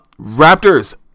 Raptors